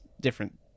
different